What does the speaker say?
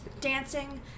dancing